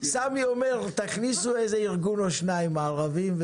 סמי אומר: תכניסו איזה ארגון או שניים ערבים.